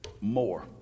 more